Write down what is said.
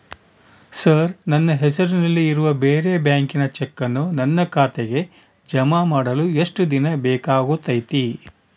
Sir ನನ್ನ ಹೆಸರಲ್ಲಿ ಇರುವ ಬೇರೆ ಬ್ಯಾಂಕಿನ ಚೆಕ್ಕನ್ನು ನನ್ನ ಖಾತೆಗೆ ಜಮಾ ಮಾಡಲು ಎಷ್ಟು ದಿನ ಬೇಕಾಗುತೈತಿ?